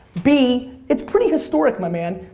b it's pretty historic, my man.